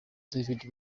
david